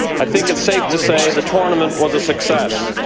i think it's safe to say the tournament was a success.